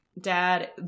dad